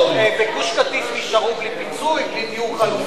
דודו, בגוש-קטיף נשארו בלי פיצוי, בלי דיור חלופי?